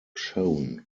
shown